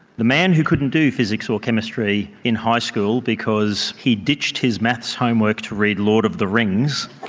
the man who couldn't do physics or chemistry in high school because he ditched his maths homework to read lord of the rings,